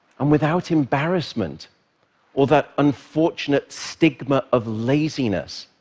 and without embarrassment or that unfortunate stigma of laziness.